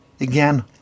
again